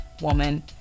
woman